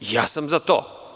I ja sam za to.